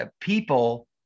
people